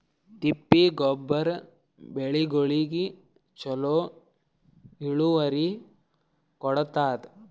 ತಿಪ್ಪಿ ಗೊಬ್ಬರ ಬೆಳಿಗೋಳಿಗಿ ಚಲೋ ಇಳುವರಿ ಕೊಡತಾದ?